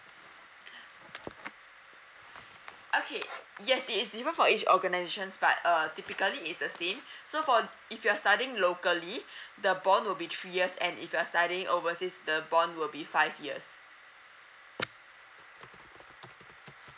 okay yes it's even for each organisations but uh typically it's the same so for if you're studying locally the bond will be three years and if you're studying overseas the bond will be five years